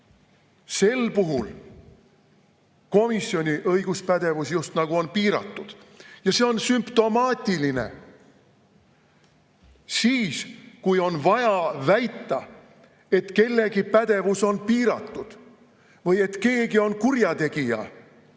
sel puhul on komisjoni õiguspädevus just nagu piiratud! Ja see on sümptomaatiline! Kui on vaja väita, et kellegi pädevus on piiratud või et keegi on kurjategija,